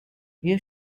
you